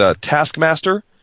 Taskmaster